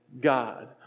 God